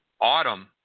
Autumn